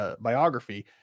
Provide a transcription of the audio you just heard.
biography